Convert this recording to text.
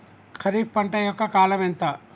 ఖరీఫ్ పంట యొక్క కాలం ఎంత?